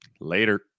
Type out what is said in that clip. Later